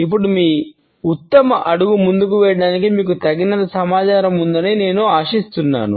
ఇప్పుడు మీ ఉత్తమ అడుగు ముందుకు వేయడానికి మీకు తగినంత సమాచారం ఉందని నేను ఆశిస్తున్నాను